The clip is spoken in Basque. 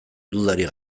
dudarik